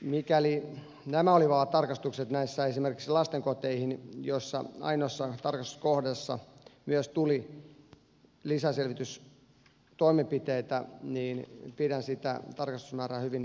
mikäli nämä olivat vain tarkastukset esimerkiksi lastenkoteihin joista ainoassa tarkastuskohteessa myös tuli lisäselvitystoimenpiteitä niin pidän sitä tarkastusmäärää hyvin alhaisena